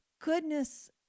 goodness